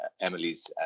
emily's